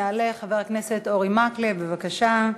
יעלה חבר הכנסת אורי מקלב, בבקשה.